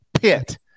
Pit